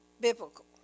biblical